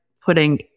putting